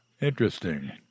Interesting